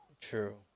True